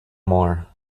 more